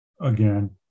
again